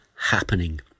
happening